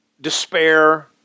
despair